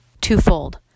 twofold